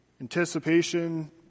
anticipation